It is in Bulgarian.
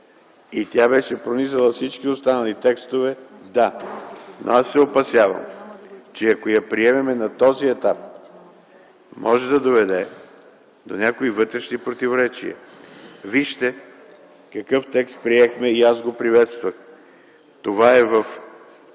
и тя беше пронизала всички останали текстове, да, но аз се опасявам, че ако я приемем на този етап, може да доведе до някои вътрешни противоречия. Вижте какъв текст приехме и аз го приветствах, това е в